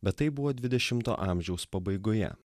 bet tai buvo dvidešimo amžiaus pabaigoje